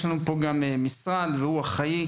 יש פה את משרד החינוך,